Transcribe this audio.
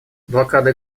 блокада